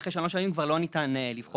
ואחרי שלוש שנים כבר לא ניתן לבחור.